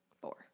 four